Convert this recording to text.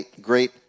great